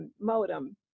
modem